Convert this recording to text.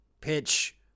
pitch